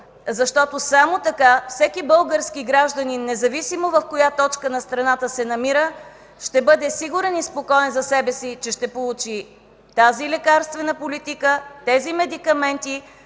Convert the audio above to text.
защото само така всеки български гражданин, независимо в коя точка на страната се намира, ще бъде сигурен и спокоен за себе си, че ще получи тази лекарствена политика, тези медикаменти,